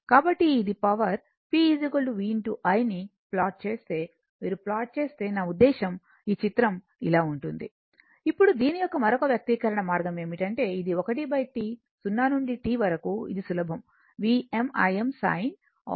కాబట్టి ఇది power P VI ను ప్లాట్ చేస్తే మీరు ప్లాట్ చేస్తే నా ఉద్దేశ్యం ఈ చిత్రం ఇలా ఉంటుంది ఇప్పుడు దీని యొక్క మరొక వ్యక్తీకరణ మార్గం ఏమిటంటే ఇది 1T 0 నుండి t వరకు ఇది సులభం Vm Im sin ω t θ sin ω t